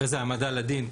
אחרי זה העמדה לדין,